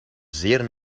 zeer